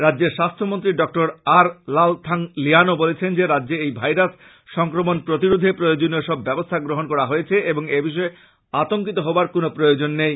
রাজ্যের স্বাস্থ্যমন্ত্রী ড আর লালথাৎলিয়ানা বলেছেন যে রাজ্যে এই ভাইরাস সংক্রমন রোধে প্রয়োজনীয় সব ব্যবস্থা গ্রহন করা হয়েছে এবং এবিষয়ে আতংকিত হবার কোন কারণ নেই